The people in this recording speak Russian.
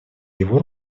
его